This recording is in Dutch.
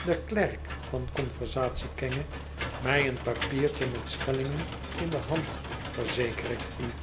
de klerk van oonversatiekenge mij een papiertje met schellingen in de hand verzeker ik u